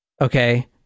Okay